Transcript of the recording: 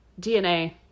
DNA